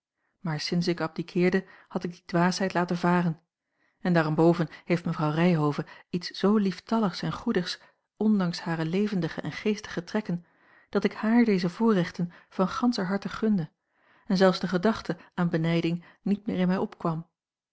maar sinds ik abdiqueerde had ik die dwaasheid laten varen en daarenboven heeft mevrouw ryhove iets zoo lieftalligs en goedigs ondanks hare levendige en geestige trekken dat ik hààr deze voorrechten van ganscher harte gunde en zelfs de gedachte aan benijding niet meer in mij opkwam